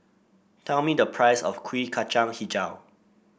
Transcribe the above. tell me the price of Kuih Kacang hijau